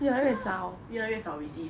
ya 越来越早 receive